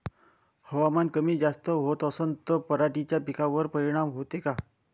हवामान कमी जास्त होत असन त पराटीच्या पिकावर परिनाम होते का?